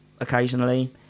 occasionally